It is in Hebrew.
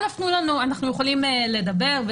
אנחנו יכולים לדבר,